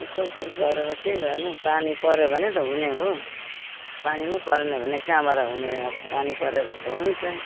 कोसिस गरेर के गर्नु पानी पऱ्यो भने त हुने हो पानी नै परेन भने कहाँबाट हुने हो अब पानी पऱ्यो भने त हुन्छ